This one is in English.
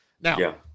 Now